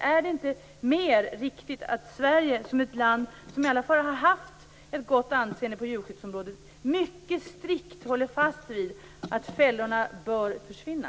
Vore det inte mer riktigt att Sverige, som är ett land som i alla fall har haft ett gott anseende på djurskyddsområdet, mycket strikt höll fast vid att dessa fällor bör försvinna?